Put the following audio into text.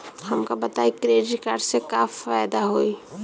हमका बताई credit card से का फायदा होई?